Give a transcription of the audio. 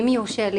שם.